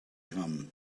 gum